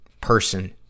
person